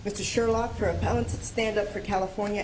with the sherlock proponents of stand up for california